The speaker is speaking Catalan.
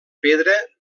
pedra